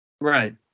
Right